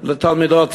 לתלמידות סמינרים,